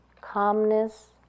calmness